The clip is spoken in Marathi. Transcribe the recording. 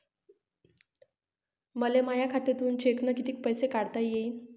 मले माया खात्यातून चेकनं कितीक पैसे काढता येईन?